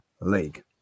League